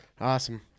Awesome